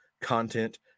content